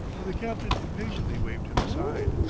but the captain impatiently waved him aside.